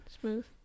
Smooth